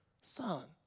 Son